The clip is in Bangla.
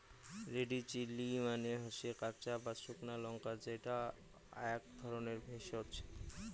রেড চিলি মানে হসে কাঁচা বা শুকনো লঙ্কা যেটা আক ধরণের ভেষজ